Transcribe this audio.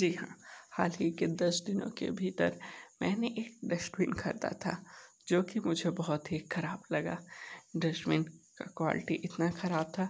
जी हाँ हालही के दस दिनों के भीतर मैंने एक डष्टबिन ख़रीदा था जो कि मुझे बहुत ही ख़राब लगा डष्टबिन की क्वालिटी इतनी ख़राब था